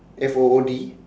F O O D